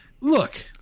look